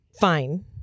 fine